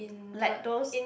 like those